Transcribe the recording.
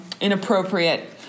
inappropriate